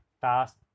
task